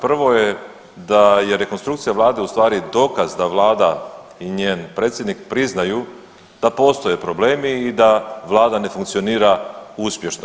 Prvo je da je rekonstrukcija Vlade ustvari dokaz da Vlada i njen predsjednik priznaju da postoje problemi i da Vlada ne funkcionira uspješno.